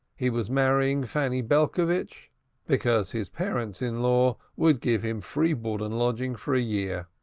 he was marrying fanny belcovitch because his parents-in-law would give him free board and lodging for a year,